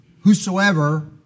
whosoever